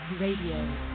Radio